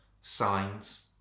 signs